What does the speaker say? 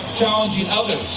challenging others,